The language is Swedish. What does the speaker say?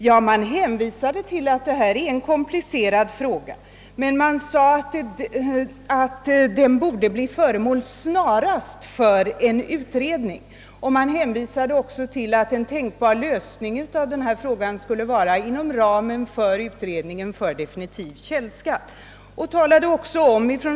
Jo, man hänvisade till att frågan är komplicerad, men man sade också att den snarast borde bli föremål för en utredning. Vidare ansåg man det tänkbart att lösa denna fråga inom ramen för utredningen om definitiv källskatt.